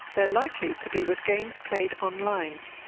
they're likely to be with games played online.